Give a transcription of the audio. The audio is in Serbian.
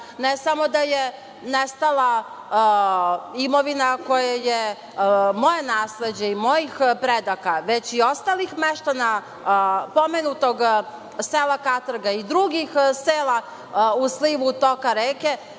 ne samo da je nastala imovina koja je moje nasleđe i mojih predaka, već i ostalih meštana pomenutog sela Katrga i drugih sela u slivu toka reke.